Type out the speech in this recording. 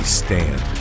stand